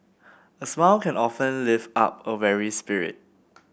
a smile can often lift up a weary spirit